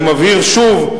אני מבהיר שוב,